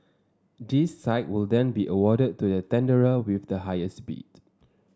the site will then be awarded to the tenderer with the highest bid